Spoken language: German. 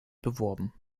beworben